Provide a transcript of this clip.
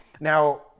Now